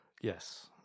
Yes